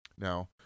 Now